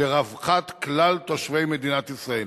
לרווחת כלל תושבי מדינת ישראל.